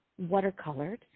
watercolored